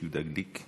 יהודה גליק,